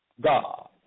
God